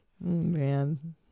man